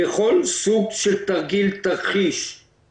בכל סוג של תרגיל תרחישי